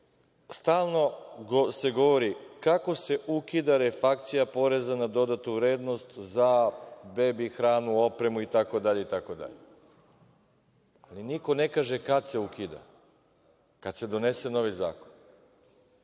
stalno se govori kako se ukida refakcija poreza na dodatu vrednost za bebi hranu, opremu itd. Ali, niko ne kaže kad se ukida. Kad se donese novi zakon. Još